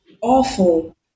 awful